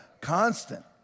Constant